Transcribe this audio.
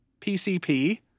PCP